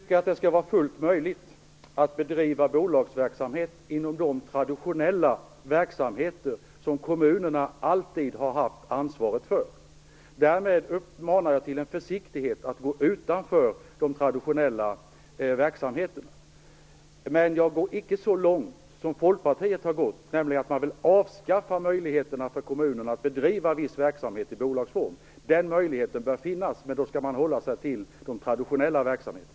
Herr talman! Jag tycker att det skall vara fullt möjligt att bedriva bolagsverksamhet inom de traditionella verksamheter som kommunerna alltid har haft ansvaret för. Däremot uppmanar jag till försiktighet med att gå utanför de traditionella verksamheterna. Jag går dock icke så långt som Folkpartiet har gjort, nämligen att man vill avskaffa möjligheten för kommunerna att bedriva viss verksamhet i bolagsform. Den möjligheten bör finnas, men då skall man hålla sig till de traditionella verksamheterna.